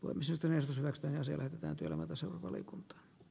lumisateessa silverstone siellä täytyy levätä sen valiokunta